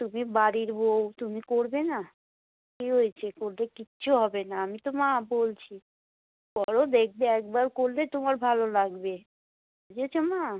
তুমি বাড়ির বউ তুমি করবে না কী হয়েছে করলে কিচ্ছু হবে না আমি তো মা বলছি করো দেখবে একবার করলে তোমার ভালো লাগবে বুঝেছো মা